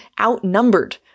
outnumbered